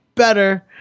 better